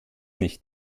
nicht